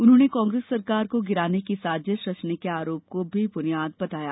उन्होंने कांग्रेस सरकार को गिराने की साजिश रचने के आरोप को बेबूनियाद बताया